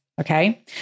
Okay